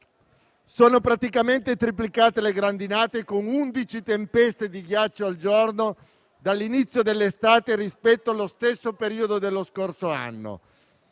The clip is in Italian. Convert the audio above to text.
Sono praticamente triplicate le grandinate, con undici tempeste di ghiaccio al giorno dall'inizio dell'estate rispetto allo stesso periodo dello scorso anno.